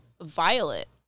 Violet